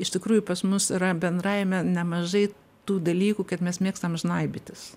iš tikrųjų pas mus yra bendravime nemažai tų dalykų kaip mes mėgstam žnaibytis